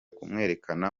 kumwerekana